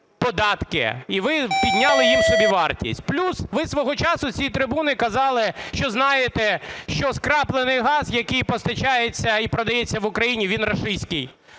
і ви підняли їм собівартість. Плюс ви свого часу з цієї трибуни казали, що знаєте, що скраплений газ, який постачається і продається в Україні, він рашистський.